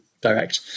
direct